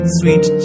sweet